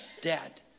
dad